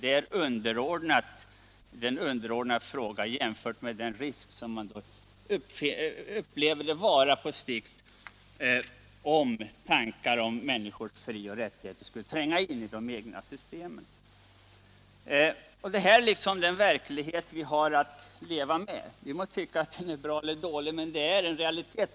Men det är en underordnad fråga jämfört med den risk som man i Sovjet upplever det vara på sikt om tankar om människors frioch rättigheter skulle tränga in i det egna systemet. Detta är den verklighet vi har att leva med. Vi må tycka att den är bra eller dålig, men den är en realitet.